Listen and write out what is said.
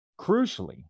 Crucially